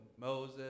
Moses